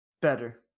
better